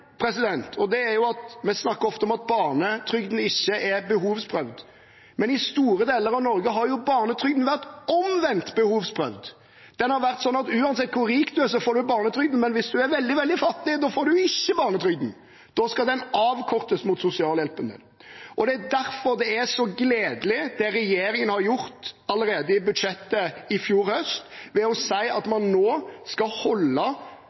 og det er at vi ofte snakker om at barnetrygden ikke er behovsprøvd. Men i store deler av Norge har jo barnetrygden vært omvendt behovsprøvd! Den har vært sånn at uansett hvor rik man er, får man barnetrygd, men hvis man er veldig, veldig fattig, da får man ikke barnetrygd. Da skal den avkortes mot sosialhjelpen. Derfor er det så gledelig, det regjeringen har gjort allerede i budsjettet i fjor høst ved å si at man nå skal holde